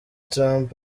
trump